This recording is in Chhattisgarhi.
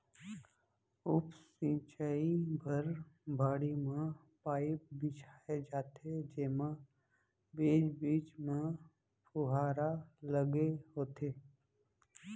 उप सिंचई बर बाड़ी म पाइप बिछाए जाथे जेमा बीच बीच म फुहारा लगे होथे